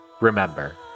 remember